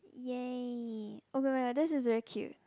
!yay! okay wait this is very cute